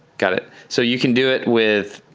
got it. so you can do it with,